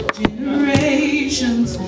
generations